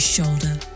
Shoulder